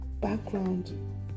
background